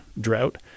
drought